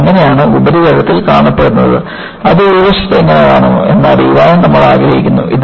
ഇത് എങ്ങനെയാണ് ഉപരിതലത്തിൽ കാണപ്പെടുന്നത് അത് ഉൾവശത്ത് എങ്ങനെ കാണുന്നു എന്ന് അറിയാനും നമ്മൾ ആഗ്രഹിക്കുന്നു